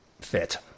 fit